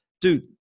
dude